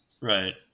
Right